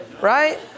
right